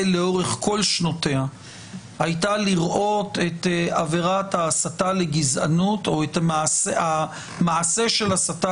לאורך כל שנותיה הייתה לראות את עבירת ההסתה לגזענות או את המעשה של הסתה